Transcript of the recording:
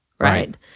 Right